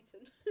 eaten